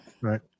Right